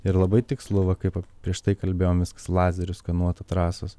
ir labai tikslu va kaip prieš tai kalbėjom viskas lazeriu skanuota trasos